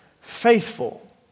Faithful